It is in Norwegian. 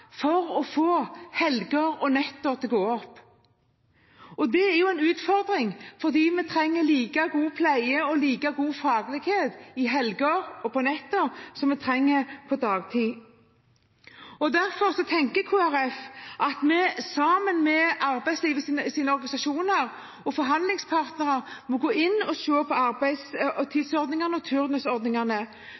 for å få helger og netter til å gå opp. Det er en utfordring, for vi trenger like god pleie og like god faglighet i helger og på netter som vi gjør på dagtid. Derfor tenker Kristelig Folkeparti at vi sammen med arbeidslivets organisasjoner og forhandlingspartnere må se på arbeidstidsordningene og turnusordningene – tørre å se på dem ut fra pasientens ståsted, ut fra arbeidsavtaler og arbeidstakers ståsted. Og